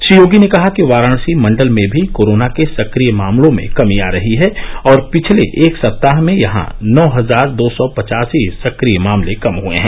श्री योगी ने कहा कि वाराणसी मण्डल में भी कोरोना के सक्रिय मामलों में कमी आ रही है और पिछले एक सप्ताह में यहां नौ हजार दो सौ पचासी सक्रिय मामले कम हुए हैं